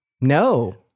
No